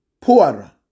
poorer